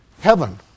heaven